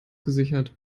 gesichert